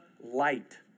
light